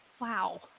Wow